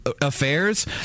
affairs